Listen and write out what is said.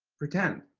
pretend.